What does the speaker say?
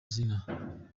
izina